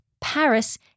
Paris